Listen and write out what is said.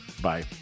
Bye